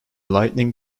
lighting